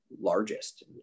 largest